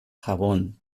jabón